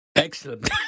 Excellent